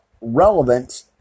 relevant